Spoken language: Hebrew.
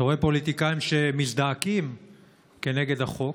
ואתה רואה פוליטיקאים שמזדעקים כנגד החוק,